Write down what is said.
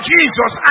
Jesus